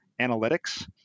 analytics